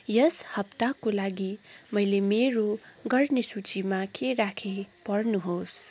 यस हप्ताको लागि मैले मेरो गर्ने सूचीमा के राखे पढ्नुहोस्